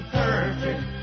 perfect